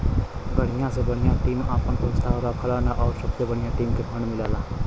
बढ़िया से बढ़िया टीम आपन प्रस्ताव रखलन आउर सबसे बढ़िया टीम के फ़ंड मिलला